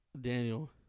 Daniel